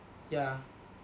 ya